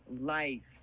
life